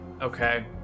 okay